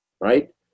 right